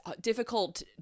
difficult